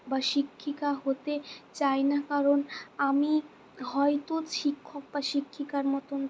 বা শিক্ষিকা হতে চাই না কারণ আমি হয়ত শিক্ষক বা শিক্ষিকার মতন